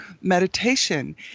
meditation